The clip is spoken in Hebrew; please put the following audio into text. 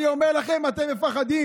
אני אומר לכם, אתם מפחדים.